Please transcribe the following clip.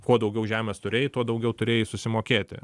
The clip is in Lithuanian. kuo daugiau žemės turėjai tuo daugiau turėjai susimokėti